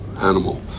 animal